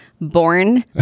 born